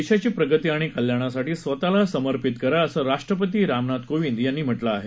देशाची प्रगती आणि कल्याणासाठी स्वतला समर्पित करा असं राष्ट्रपती रामनाथ कोविंद यांनी म्हटलं आहे